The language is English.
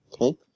Okay